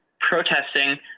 protesting